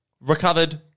recovered